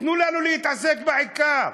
תנו לנו להתעסק בעיקר.